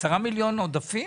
10 מיליון עודפים?